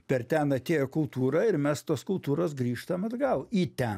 per ten atėjo kultūra ir mes tos kultūros grįžtam atgal į ten